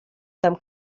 tam